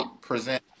present